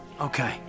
okay